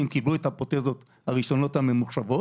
קיבלו את הפרוטזות הראשונות הממוחשבות,